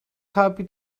happy